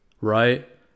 right